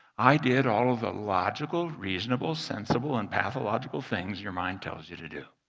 i did all of the logical, reasonable, sensible, and pathological things your mind tells you to do.